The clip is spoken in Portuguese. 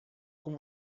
com